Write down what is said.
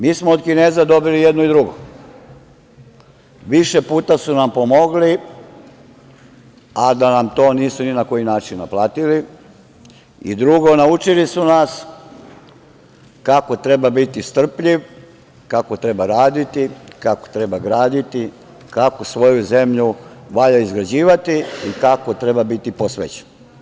Mi smo od Kineza dobili jedno i drugo, više puta su nam pomogli, a da nam to nisu ni na koji način naplatili i, drugo, naučili su nas kako treba biti strpljiv, kako treba raditi, kako treba graditi, kako svoju zemlju valja izgrađivati i kako treba biti posvećen.